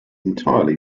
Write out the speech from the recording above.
entirely